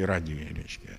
ir radijuje reiškia